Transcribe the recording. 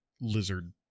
lizard